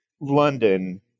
London